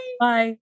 Bye